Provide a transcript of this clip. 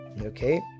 Okay